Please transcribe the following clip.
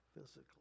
physically